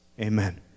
Amen